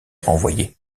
renvoyer